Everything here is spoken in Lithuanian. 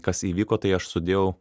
kas įvyko tai aš sudėjau